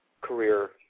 career